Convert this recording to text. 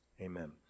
Amen